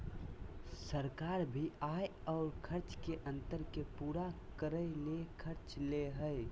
सरकार भी आय और खर्च के अंतर के पूरा करय ले कर्ज ले हइ